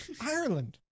Ireland